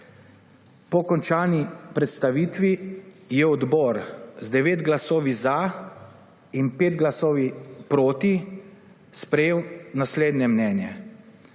Po končani predstavitvi je odbor z 9 glasovi za in 5 glasovi proti sprejel naslednje mnenje,